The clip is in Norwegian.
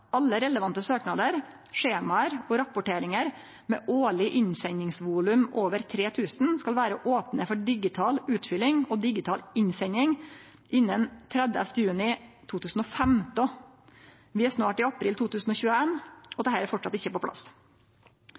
relevante søknader, skjemaer og rapporteringer med årlig innsendingsvolum over 3000 skal være åpne for digital utfylling og digital innsending innen 30. juni 2015.» Vi er snart i april 2021, og dette er framleis ikkje på plass.